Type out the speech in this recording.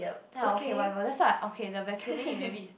then I okay whatever that's why I okay the vacuuming maybe is